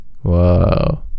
Whoa